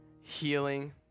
healing